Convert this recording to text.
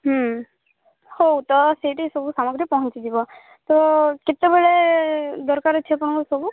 ହୁଁ ହଉ ତ ସେଇଠି ସବୁ ସାମଗ୍ରୀ ପହଞ୍ଚି ଯିବ ତ କେତେବେଳେ ଦରକାର ଅଛି ଆପଣଙ୍କର ସବୁ